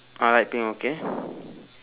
ah light pink okay